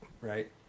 right